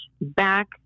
back